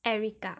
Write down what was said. erica